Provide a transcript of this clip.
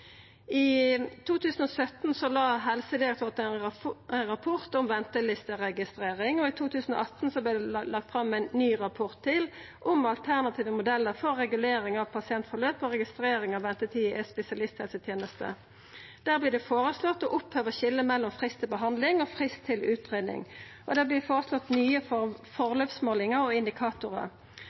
I 2017 la Helsedirektoratet fram ein rapport om ventelisteregistrering, og i 2018 vart det lagt fram ein rapport til, «Alternative modeller for regulering av pasientforløp og registrering av ventetider i spesialisthelsetjenesten». Der vert det føreslått å oppheva skiljet mellom frist til behandling og frist til utgreiing, og det vert føreslått nye forløpsmålingar og